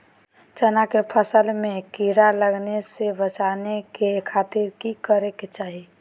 चना की फसल में कीड़ा लगने से बचाने के खातिर की करे के चाही?